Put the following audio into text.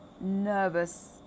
nervous